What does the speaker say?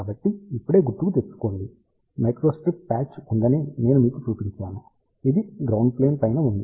కాబట్టి ఇప్పుడే గుర్తుకు తెచ్చుకోండి మైక్రోస్ట్రిప్ ప్యాచ్ ఉందని నేను మీకు చూపించాను ఇది గ్రౌండ్ ప్లేన్ పైన ఉంది